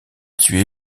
tué